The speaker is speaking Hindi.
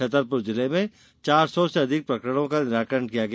छतरपुर जिले में चार सौ से अधिक प्रकरणों का निराकरण किया गया